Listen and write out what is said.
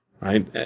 Right